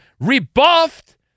rebuffed